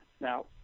Now